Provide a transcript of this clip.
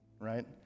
right